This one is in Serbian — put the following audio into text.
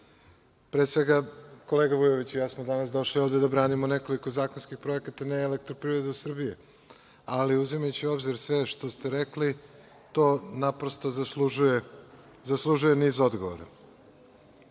svega, kolega Vujović i ja smo danas došli ovde da branimo nekoliko zakonskih projekata, ne Elektroprivredu Srbije. Ali, uzimajući u obzir sve što ste rekli, to naprosto zaslužuje niz